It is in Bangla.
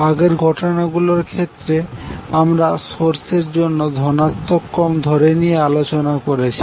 আগের ঘটনাগুলোর ক্ষেত্রে আমরা সোর্স এর জন্য ধনাত্মক ক্রম ধরে নিয়ে আলোচনা করেছি